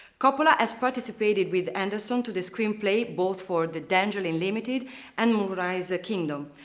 coppola has participated with anderson to the screenplay both for the darjeeling limited and moonrise kingdom,